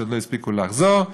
שעוד לא הספיקו לחזור,